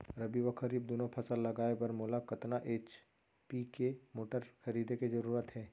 रबि व खरीफ दुनो फसल लगाए बर मोला कतना एच.पी के मोटर खरीदे के जरूरत हे?